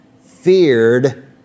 Feared